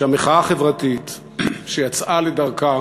שהמחאה החברתית שיצאה לדרכה